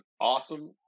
awesome